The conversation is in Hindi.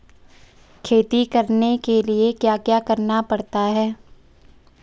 खेती करने के लिए क्या क्या करना पड़ता है?